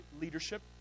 leadership